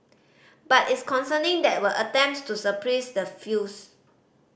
but it's concerning there were attempts to suppress the views